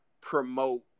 promote